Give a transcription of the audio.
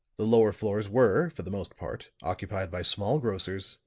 the lower floors were, for the most part, occupied by small grocers,